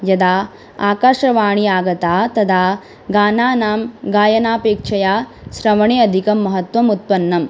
यदा आकाशवाणी आगता तदा गानानां गायनापेक्षया श्रवणे अधिकं महत्त्वम् उत्पन्नम्